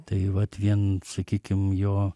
tai vat vien sakykim jo